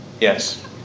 Yes